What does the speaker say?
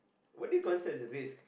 what do you considered as a risk